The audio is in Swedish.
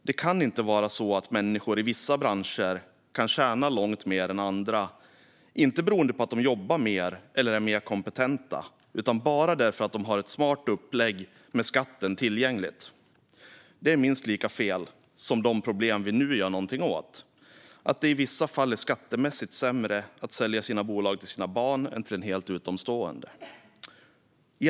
Det kan inte vara så att människor i vissa branscher ska tjäna långt mer än andra inte därför att de jobbar mer eller är mer kompetenta utan bara därför att de har ett smart skatteupplägg tillgängligt. Det är minst lika fel som det problem vi nu gör något åt, det vill säga att det i vissa fall är skattemässigt sämre att sälja sitt bolag till sina barn än till en helt utomstående person.